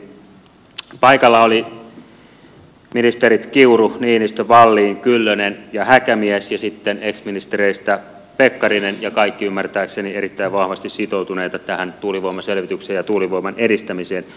paikalla olivat ministerit kiuru niinistö wallin kyllönen ja häkämies ja sitten ex ministereistä pekkarinen kaikki ymmärtääkseni erittäin vahvasti sitoutuneita tähän tuulivoimaselvitykseen ja tuulivoiman edistämiseen